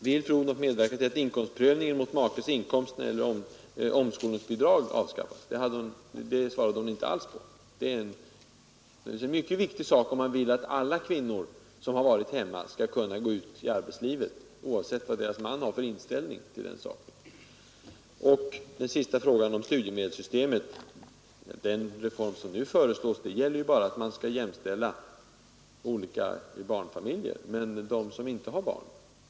Vill fru Odhnoff medverka till att inkomstprövningen av makes inkomst när det gäller omskolningsbidrag avskaffas? På denna fråga svarade fru Odhnoff inte alls. Det är en viktig sak, om man vill att alla kvinnor som varit hemma, skall kunna gå ut i arbetslivet, oavsett vad deras man har för inställning. Den sista frågan gällde studiemedelssystemet. Den reform som nu föreslås gäller bara att man skall jämställa olika barnfamiljer. Men hur blir det med dem som inte har barn?